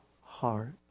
heart